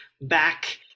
back